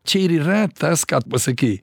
čia ir yra tas ką tu pasakei